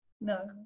No